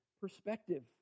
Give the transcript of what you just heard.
perspective